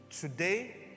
today